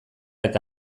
eta